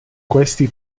questi